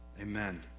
amen